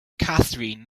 catherine